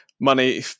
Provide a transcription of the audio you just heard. money